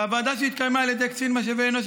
בוועדה שהתקיימה אצל קצין משאבי אנוש